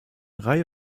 reihe